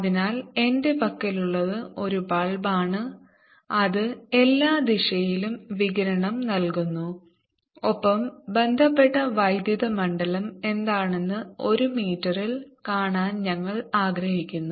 അതിനാൽ എന്റെ പക്കലുള്ളത് ഒരു ബൾബാണ് അത് എല്ലാ ദിശയിലും വികിരണം നൽകുന്നു ഒപ്പം ബന്ധപ്പെട്ട വൈദ്യുത മണ്ഡലം എന്താണെന്ന് ഒരു മീറ്ററിൽ കാണാൻ ഞങ്ങൾ ആഗ്രഹിക്കുന്നു